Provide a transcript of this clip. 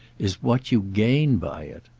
is what you gain by it.